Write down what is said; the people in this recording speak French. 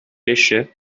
pêchaient